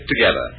together